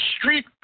street